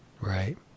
Right